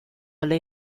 alle